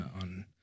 on